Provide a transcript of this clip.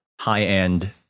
high-end